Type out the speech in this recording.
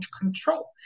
control